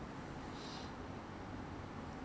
有一个 prime 什么有 prime 什么 so